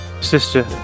Sister